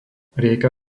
rieka